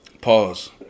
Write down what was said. Pause